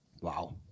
Wow